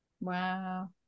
wow